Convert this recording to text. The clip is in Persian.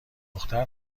دختر